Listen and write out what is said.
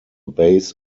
base